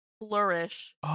flourish